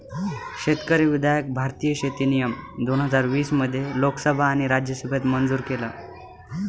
शेतकरी विधायक भारतीय शेती नियम दोन हजार वीस मध्ये लोकसभा आणि राज्यसभेत मंजूर केलं